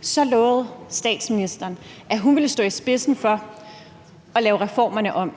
Så lovede statsministeren, at hun ville stå i spidsen for at lave reformerne om.